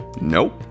Nope